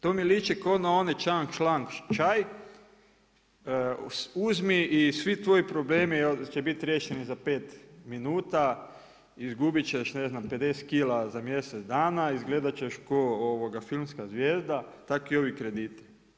To mi liči ko na onaj Čang Šlang čaj, uzmi i svi tvoji problemi će biti riješeni za 5 minuta, izgubiti ćeš, ne znam, 50kg za mjesec dana, izgledati ćeš ko filmska zvijezda, tako i ovi krediti.